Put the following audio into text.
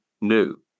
new